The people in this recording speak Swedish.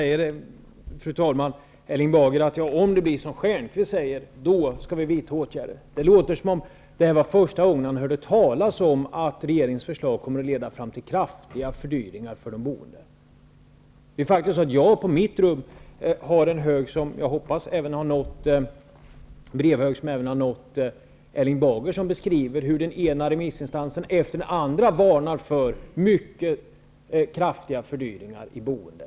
Fru talman! Erling Bager säger att vi skall vidta åtgärder om effekterna blir de som Stjernkvist befarar. Det låter som om det här var första gången som Erling Bager hörde talas om att regeringens förslag kommer att leda fram till kraftiga fördyringar för de boende. Jag har på mitt rum en hög med brev, som jag hoppas också har nått Erling Bager, som beskriver hur den ena remissinstansen efter den andra varnar för mycket kraftiga fördyringar i boendet.